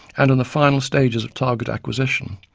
and in the final stages of target acquisition,